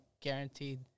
guaranteed